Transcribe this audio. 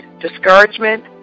discouragement